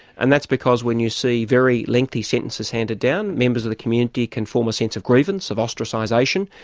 and that's because when you see very lengthy sentences handed down, members of the community can form a sense of grievance, of ostracisation,